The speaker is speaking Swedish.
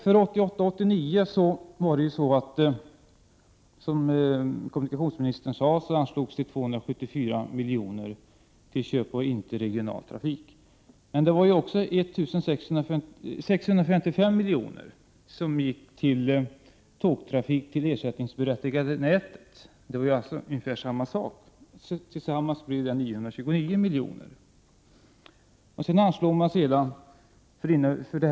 För 1988/89 anslogs det, som kommunikationsministern sade, 274 miljoner till köp av interregional trafik. Men dessutom gick 655 miljoner till tågtrafik på det ersättningsberättigade nätet. Det är alltså ungefär samma sak. Tillsammans blir det 929 miljoner. För i år anslog man sedan enligt budgeten Prot.